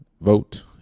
vote